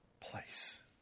place